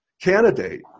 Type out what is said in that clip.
candidate